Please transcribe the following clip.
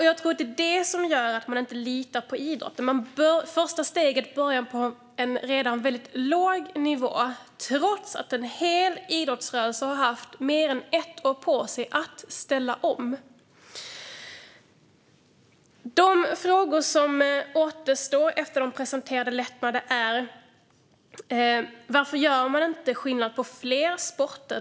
Jag tror att det är det som gör att man känner att regeringen inte litar på idrotten - att det första steget börjar på en väldigt låg nivå, trots att en hel idrottsrörelse har haft mer än ett år på sig att ställa om. De frågor som kvarstår efter de presenterade lättnaderna är: Varför gör man inte skillnad på fler sporter?